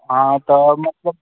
हँ तऽ मतलब